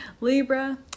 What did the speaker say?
Libra